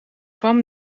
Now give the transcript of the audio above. kwam